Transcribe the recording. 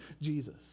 Jesus